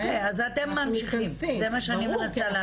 -- אוקיי אז אתם ממשיכים זה מה שאני מנסה לדעת.